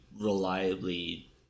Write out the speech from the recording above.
reliably